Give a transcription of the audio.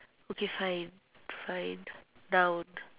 okay fine fine noun